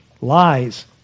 lies